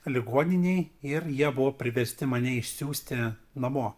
ligoninėj ir jie buvo priversti mane išsiųsti namo